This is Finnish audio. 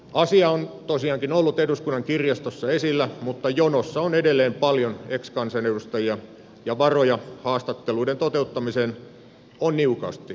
asia on tosiaankin ollut eduskunnan kirjastossa esillä mutta jonossa on edelleen paljon ex kansanedustajia ja varoja haastatteluiden toteuttamiseen on niukasti